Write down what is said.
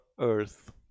Earth